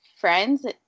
friends